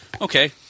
Okay